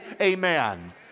amen